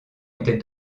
était